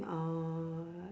uh